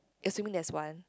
assuming there's one